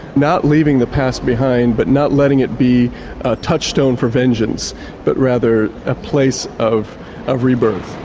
not leaving the past behind, but not letting it be a touchstone for vengeance but rather a place of of rebirth.